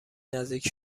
نزدیک